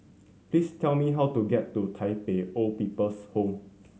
please tell me how to get to Tai Pei Old People's Home